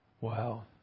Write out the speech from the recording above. Wow